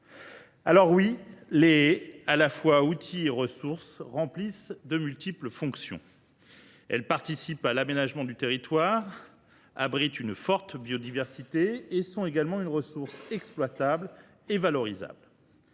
Les haies, qui sont à la fois un outil et une ressource, remplissent de multiples fonctions. Elles participent à l’aménagement du territoire, abritent une forte biodiversité et constituent une ressource exploitable et valorisable.